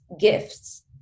gifts